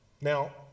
Now